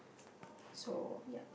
so yeah